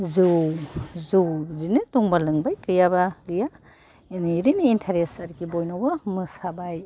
जौ जौ बिदिनो दंबा लोंबाय गैयाब्ला गैया जों बिदिनो इन्टारेस आरोखि बयनावबो मोसाबाय